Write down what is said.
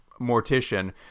mortician